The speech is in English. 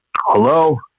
Hello